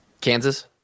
Kansas